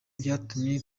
byatumye